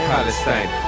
Palestine